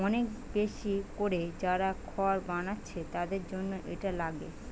অনেক বেশি কোরে যারা খড় বানাচ্ছে তাদের জন্যে এটা লাগে